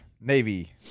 Navy